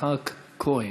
יצחק כהן.